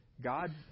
God